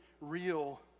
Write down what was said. real